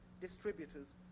distributors